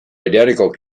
identical